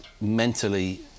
mentally